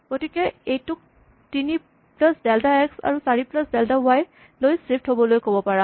গতিকে তুমি এইটোক ৩ প্লাচ ডেল্টা এক্স আৰু ৪ প্লাচ ডেল্টা ৱাই লৈ ছিফ্ট হ'বলৈ ক'ব পাৰা